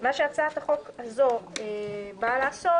מה שהצעת החוק הזו באה לעשות